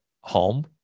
home